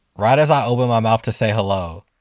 right as i open my mouth to say, hello?